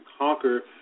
conquer